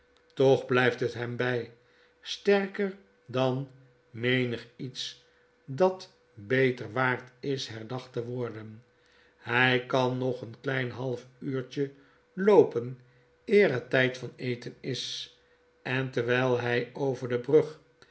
toch blyft het hem by sterker dan menig iets dat beter waard is herdacht te worden hy kan nog een klein half uurtje loopen eer het tyd van eten is en terwyl hy over de brug